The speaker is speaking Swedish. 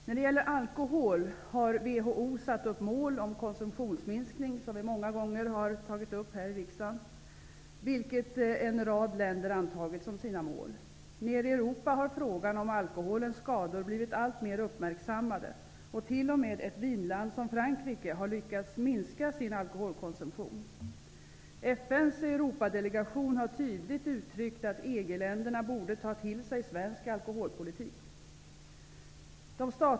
När det gäller alkohol har WHO satt upp mål om en konsumtionsminskning, en fråga som vi här i riksdagen många gånger har tagit upp. En rad länder har antagit dessa mål som sina. Nere i Europa har frågan om alkoholens skador blivit alltmer uppmärksammad. T.o.m. ett vinland som Frankrike har lyckats minska sin alkoholkonsumtion. FN:s Europadelegation har tydligt uttryckt att EG-länderna borde ta till sig svensk alkoholpolitik.